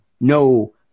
no